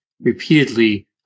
repeatedly